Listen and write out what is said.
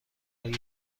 آیا